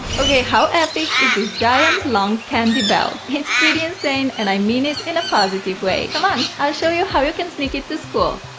how epic is this giant long candy belt! it's pretty insane and i mean it in a positive way. come on i'll show you how you can sneak it to school!